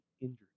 injured